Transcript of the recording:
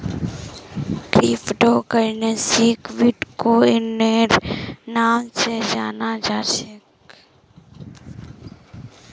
crypto करन्सीक बिट्कोइनेर नाम स जानाल जा छेक